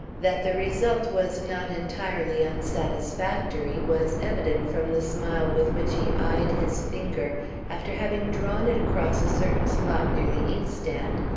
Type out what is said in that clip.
that the result was not entirely unsatisfactory was evident from the smile with which he eyed his finger after having drawn it across a certain spot near the inkstand,